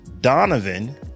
Donovan